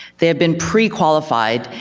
they have been pre-qualified,